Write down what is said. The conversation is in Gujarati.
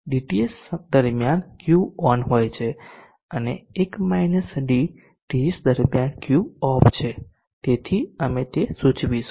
dTs દરમિયાન Q ઓન હોય અને TS દરમિયાન Q ઓફ છે તેથી અમે તે સૂચવીશું